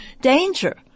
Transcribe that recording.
danger